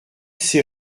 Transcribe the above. ces